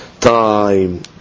time